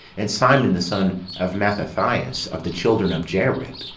and simon, the son of mathathias, of the children of jarib,